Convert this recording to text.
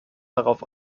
darauf